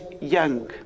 young